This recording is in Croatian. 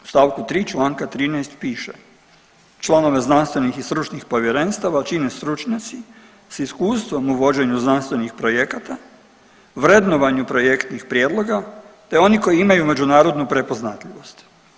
U stavku 3. članka 13. piše: „Članove znanstvenih i stručnih povjerenstava čine stručnjaci sa iskustvom u vođenju znanstvenih projekata, vrednovanju projektnih prijedloga, te oni koji imaju međunarodnu prepoznatljivost.